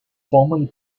formerly